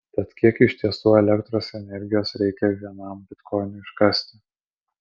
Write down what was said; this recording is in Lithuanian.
tad kiek iš tiesų elektros energijos reikia vienam bitkoinui iškasti